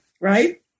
right